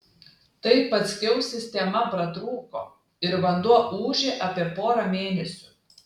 tai paskiau sistema pratrūko ir vanduo ūžė apie porą mėnesių